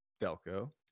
Delco